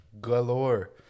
galore